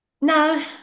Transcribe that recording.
Now